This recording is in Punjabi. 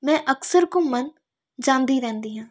ਮੈਂ ਅਕਸਰ ਘੁੰਮਣ ਜਾਂਦੀ ਰਹਿੰਦੀ ਹਾਂ